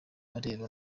areba